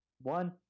one